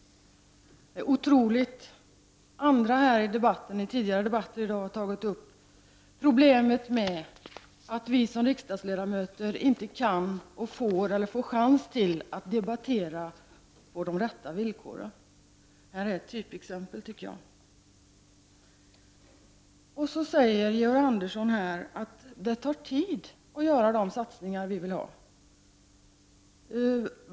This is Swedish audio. I tidigare debatter i dag har andra tagit upp problemet att vi som riksdagledamöter inte får chansen att debattera på de rätta villkoren. Här är ett typexempel, tycker jag. Georg Andersson säger att det tar tid att göra de satsningar vi vill ha.